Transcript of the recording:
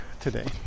today